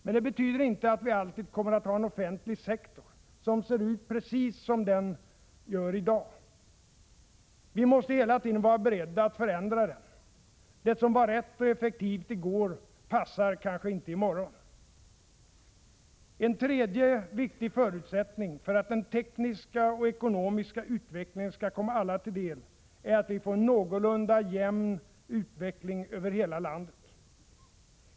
Men det betyder inte att vi alltid kommer att ha en offentlig sektor som ser ut precis som den gör i dag. Vi måste hela tiden vara beredda att förändra den. Det som var rätt och effektivt i går passar kanske inte i morgon. En tredje viktig förutsättning för att den tekniska och ekonomiska utvecklingen skall komma alla till del är att vi får en någorlunda jämn utveckling över hela landet.